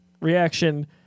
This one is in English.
reaction